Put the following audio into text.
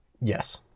Yes